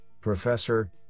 Professor